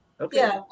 Okay